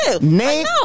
name